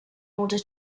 order